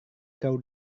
kau